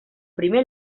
primer